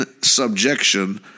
subjection